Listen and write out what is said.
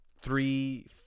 three